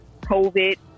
covid